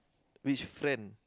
which friend